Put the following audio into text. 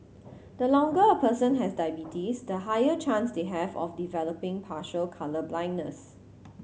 the longer a person has diabetes the higher chance they have of developing partial colour blindness